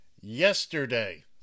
Yesterday